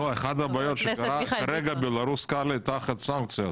אחת הבעיות שקרה כרגע בלארוס קאלי תחת סנקציות